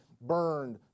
burned